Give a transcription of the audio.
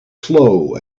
slow